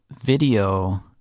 video